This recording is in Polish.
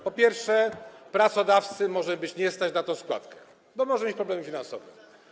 Po pierwsze, pracodawcy może nie być stać na tę składkę, bo może mieć problemy finansowe.